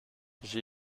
j’ai